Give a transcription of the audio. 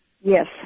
Yes